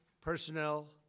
personnel